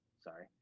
Sorry